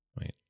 wait